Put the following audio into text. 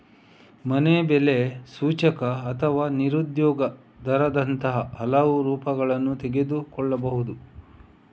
ಮನೆ ಬೆಲೆ ಸೂಚ್ಯಂಕ ಅಥವಾ ನಿರುದ್ಯೋಗ ದರದಂತಹ ಹಲವು ರೂಪಗಳನ್ನು ತೆಗೆದುಕೊಳ್ಳಬಹುದು